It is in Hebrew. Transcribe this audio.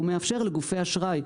הוא מאפשר לגופי אשראי,